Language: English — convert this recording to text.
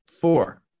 four